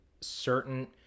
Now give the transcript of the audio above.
certain